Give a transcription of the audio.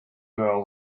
girl